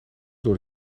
door